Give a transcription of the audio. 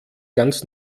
ganz